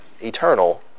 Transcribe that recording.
eternal